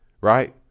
Right